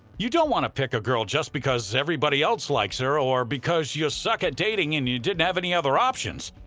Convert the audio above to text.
you don't want to pick a girl just because everybody else likes her, or because you suck at dating and didn't have many other options.